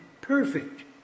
perfect